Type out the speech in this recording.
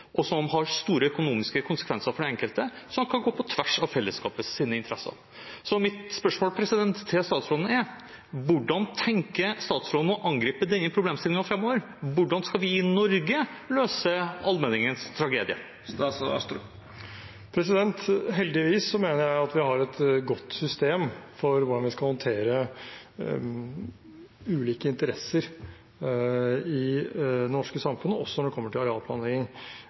og har store økonomiske konsekvenser for den enkelte som kan gå på tvers av fellesskapets interesser. Mitt spørsmål til statsråden er: Hvordan tenker statsråden å angripe denne problemstillingen framover? Hvordan skal vi i Norge løse allmenningens tragedie? Heldigvis mener jeg at vi har et godt system for hvordan vi skal håndtere ulike interesser i det norske samfunnet, også når det gjelder arealplanlegging.